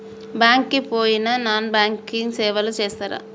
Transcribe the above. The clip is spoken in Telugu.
బ్యాంక్ కి పోయిన నాన్ బ్యాంకింగ్ సేవలు చేస్తరా?